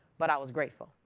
but i was grateful.